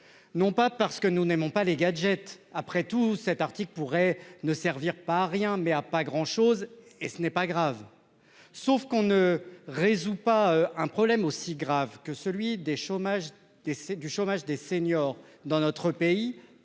Non pas parce que nous n'aimons pas les gadgets après tout cet article pourrait ne servir pas rien mais à pas grand chose et ce n'est pas grave. Sauf qu'on ne résout pas un problème aussi grave que celui des chômage c'est du chômage des seniors dans notre pays